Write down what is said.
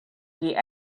heat